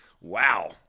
Wow